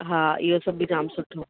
हा इहो सभु बि जाम सुठो आहे